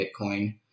Bitcoin